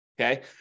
okay